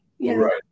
right